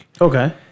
Okay